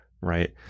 right